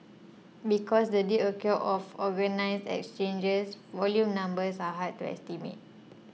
because the deals occur off organised exchanges volume numbers are hard to estimate